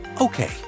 Okay